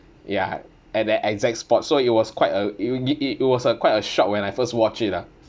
ya at the exact spot so it was quite a it was a quite a shock when I first watched it ah